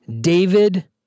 David